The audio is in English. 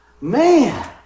Man